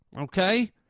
Okay